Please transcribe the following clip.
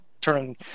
turn